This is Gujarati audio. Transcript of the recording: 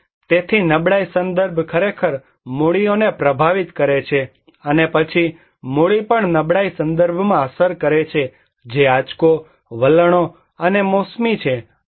અને તેથી નબળાઈ સંદર્ભ ખરેખર મૂડીઓને પ્રભાવિત કરે છે અને પછી મૂડી પણ નબળાઈ સંદર્ભમાં અસર કરે છે જે આંચકો વલણો અને મોસમી છે